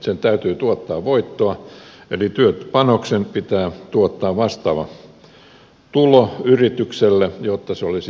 sen täytyy tuottaa voittoa eli työpanoksen pitää tuottaa vastaava tulo yritykselle jotta se olisi järkevää